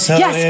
yes